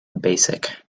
basic